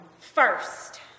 first